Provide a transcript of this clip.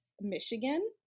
michigan